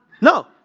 No